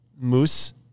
Moose